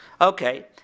Okay